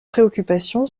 préoccupation